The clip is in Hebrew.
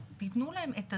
ואני יכול לדבר על אלעד,